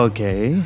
Okay